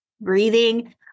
breathing